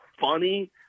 funny